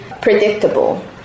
predictable